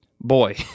Boy